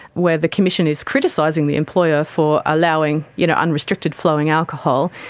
where the commission is criticising the employer for allowing you know unrestricted flowing alcohol,